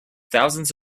thousands